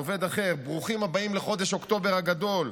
עובד אחר: ברוכים הבאים לחודש אוקטובר הגדול.